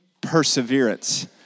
Perseverance